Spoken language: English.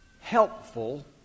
helpful